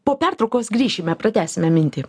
po pertraukos grįšime pratęsime mintį